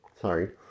Sorry